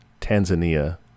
Tanzania